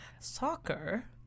Soccer